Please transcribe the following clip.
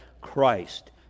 Christ